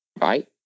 right